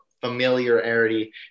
familiarity